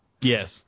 Yes